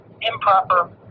improper